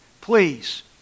Please